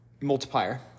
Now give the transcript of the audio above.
multiplier